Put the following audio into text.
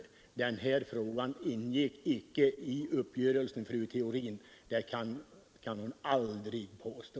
Denna fråga om djursjukvården ingick inte i uppgörelsen, fru Theorin. Det kan Ni aldrig påstå.